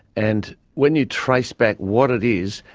and when you trace back what it is,